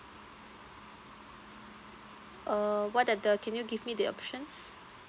uh what are the can you give me the options